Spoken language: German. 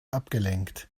abgelenkt